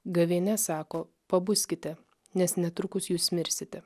gavėnia sako pabuskite nes netrukus jūs mirsite